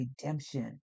redemption